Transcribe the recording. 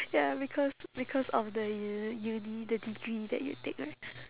ya because because of the u~ uni the degree that you take right